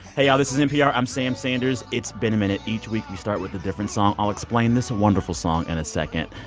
hey, y'all. this is npr. i'm sam sanders. it's been a minute. each week, we start with a different song. i'll explain this wonderful song in a second.